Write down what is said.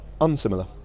unsimilar